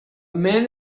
man